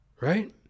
Right